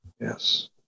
Yes